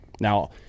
Now